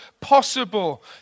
possible